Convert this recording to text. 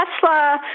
Tesla